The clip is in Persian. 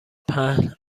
پهن